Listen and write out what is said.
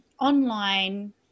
online